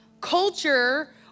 Culture